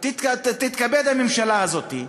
תתכבד הממשלה הזאת,